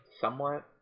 somewhat